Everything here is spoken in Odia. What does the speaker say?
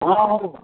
ହଁ ହଉ